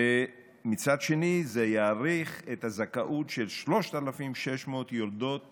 ומצד שני זה יאריך את הזכאות של 3,600 יולדות